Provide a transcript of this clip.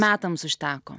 metams užteko